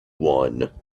one